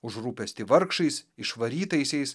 už rūpestį vargšais išvarytaisiais